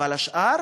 אבל השאר,